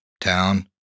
town